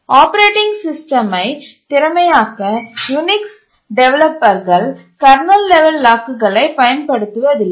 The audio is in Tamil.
ஆப்பரேட்டிங் சிஸ்டமை திறமையாக்க யூனிக்ஸ் டெவலப்பர்கள் கர்னல் லெவல் லாக்குகளை பயன்படுத்தவில்லை